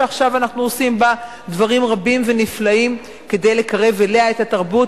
שעכשיו אנחנו עושים בה דברים רבים ונפלאים כדי לקרב אליה את התרבות,